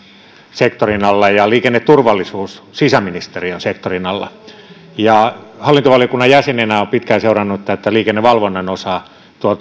sektorin alla ja liikenneturvallisuus sisäministeriön sektorin alla hallintovaliokunnan jäsenenä olen pitkään seurannut tätä liikennevalvonnan osaa